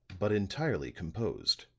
but entirely composed,